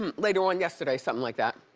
um later on yesterday, something like that,